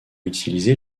utilisé